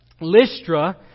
Lystra